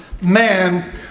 man